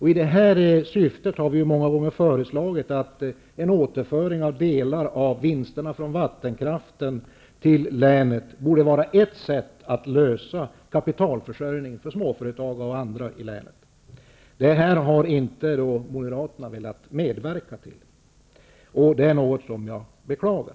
I detta syfte har vi många gånger föreslagit att en återföring av delar av vinsten från vattenkraften till länet borde var ett sätt att lösa kapitalförsörjningen för småföretag och andra i länet. Det här har inte Moderaterna velat medverka till. Det är något som jag beklagar.